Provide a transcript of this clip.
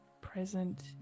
present